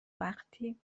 وقتی